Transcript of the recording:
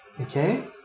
Okay